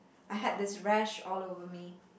I had this rash all over me